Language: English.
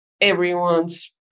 everyone's